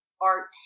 art